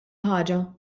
ħaġa